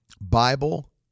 Bible